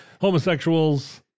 homosexuals-